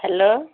hello